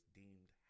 deemed